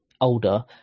older